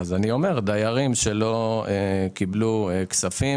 דיירים שלא קיבלו כספים,